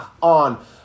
on